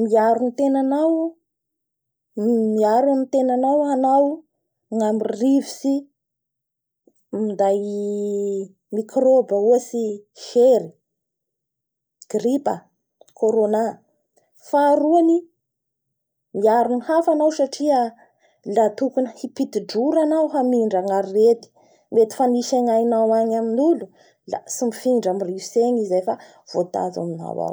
miaro ny tenanao-miaro ny tenananao hanao gna main'ny rivotsy minday microbe-a ohatsy sery, gripa, corona faha roa miaro ny hafa anao satria laha tokony hipity ndroa hanao hamindra ny arety mety efa misy angainao any amin'olo lla tsy mifindra amin'ny rivotsy egny i zay fa voatazo aminao ao avao.